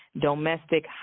domestic